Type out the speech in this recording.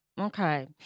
Okay